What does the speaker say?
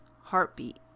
heartbeat